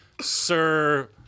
Sir